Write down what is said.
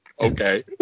okay